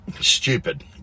stupid